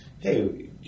hey